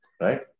Right